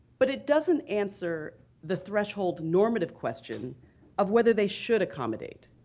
but it doesn't answer the threshold normative question of whether they should accommodate.